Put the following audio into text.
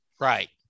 Right